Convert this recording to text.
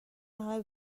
همه